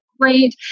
great